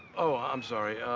oh, i'm sorry.